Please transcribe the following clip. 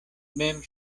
mem